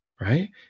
Right